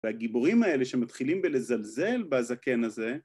והגיבורים האלה שמתחילים בלזלזל בזקן הזה